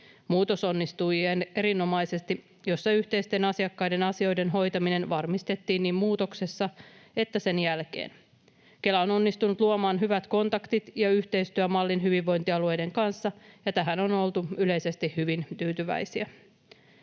onnistui muutos, jossa yhteisten asiakkaiden asioiden hoitaminen varmistettiin niin muutoksessa kuin sen jälkeen. Kela on onnistunut luomaan hyvät kontaktit ja yhteistyömallin hyvinvointialueiden kanssa, ja tähän on oltu yleisesti hyvin tyytyväisiä.